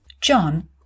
John